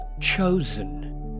chosen